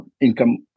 income